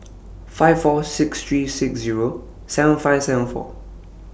five four six three six Zero seven five seven four